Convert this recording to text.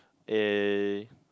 A